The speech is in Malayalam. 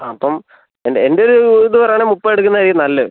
ആ അപ്പം എൻ്റെ എൻ്റെ ഒരു ഇത് പറയുകയാണെങ്കിൽ മുപ്പത് എടുക്കുന്നത് ആയിരിക്കും നല്ലത്